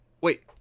Wait